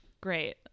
great